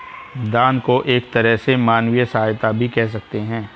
दान को एक तरह से मानवीय सहायता भी कह सकते हैं